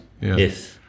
Yes